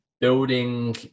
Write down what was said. building